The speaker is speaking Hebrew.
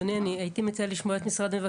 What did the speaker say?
אני עם משרד המשפטים.